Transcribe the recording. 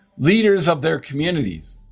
leaders of their communities,